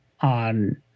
on